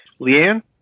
Leanne